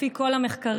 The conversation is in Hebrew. לפי כל המחקרים,